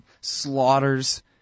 slaughters